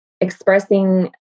expressing